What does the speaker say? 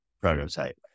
prototype